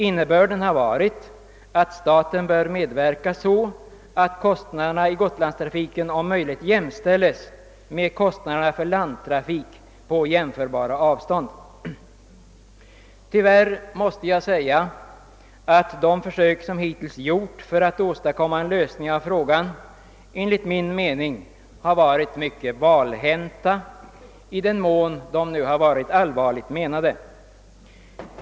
Innebörden har varit att staten bör medverka till ati kostnaderna för Gotlandstrafiken om möjligt jämställs med kostnaderna för landstrafik på jämförbara avstånd. De försök som hittills gjorts för att åstadkomma en lösning av frågan har tyvärr enligt min mening varit mycket valhänta — i den mån de nu varit allvarligt menade.